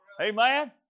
Amen